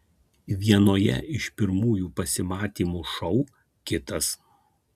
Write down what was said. vienoje iš pirmųjų pasimatymų šou kitas